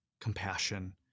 compassion